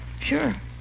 Sure